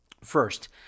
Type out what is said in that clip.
First